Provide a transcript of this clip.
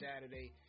Saturday